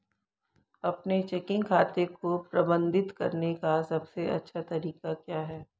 अपने चेकिंग खाते को प्रबंधित करने का सबसे अच्छा तरीका क्या है?